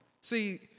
See